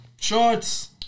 Shorts